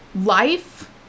life